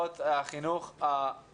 משפחתון עם שבעה ילדים יכול להחזיק מעמד.